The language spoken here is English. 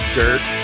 dirt